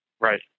Right